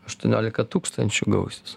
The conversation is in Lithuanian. aštuoniolika tūkstančių gausis